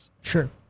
sure